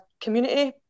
community